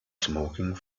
smoking